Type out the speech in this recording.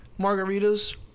margaritas